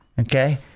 Okay